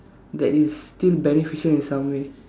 that is still beneficial in some way